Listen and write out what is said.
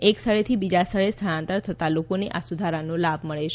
એક સ્થળેથી બીજા સ્થળે સ્થળાંતર થતાં લોકોને આ સુધારાનો લાભ મળે છે